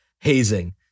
hazing